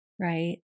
right